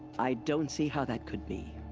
i don't see how that could be.